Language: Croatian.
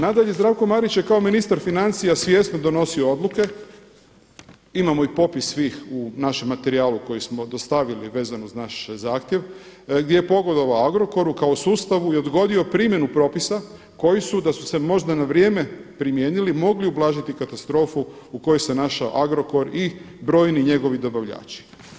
Nadalje, Zdravko Marić je kao ministar financija svjesno donosio odluke, imamo i popisu svih u našem materijalu koji smo dostavili vezano uz naš zahtjev gdje pogodovao Agrokoru kao sustavu i odgodio primjenu propisa koji su da su se možda na vrijeme primijenili mogli ublažiti katastrofu u kojoj se našao Agrokor i brojni njegovi dobavljači.